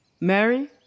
Mary